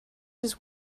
his